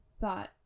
thought